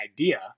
idea